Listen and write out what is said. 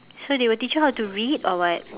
so they will teach you how to read or what